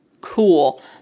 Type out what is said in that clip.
Cool